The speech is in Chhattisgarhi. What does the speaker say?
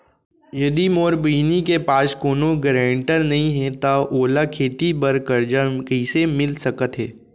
यदि मोर बहिनी के पास कोनो गरेंटेटर नई हे त ओला खेती बर कर्जा कईसे मिल सकत हे?